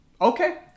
Okay